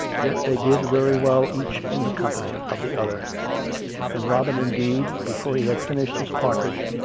yet they did very well each in the company of the other and robin, indeed, before he had finished his partridge,